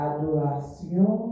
Adoration